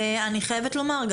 ואני חייבת לומר,